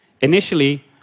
Initially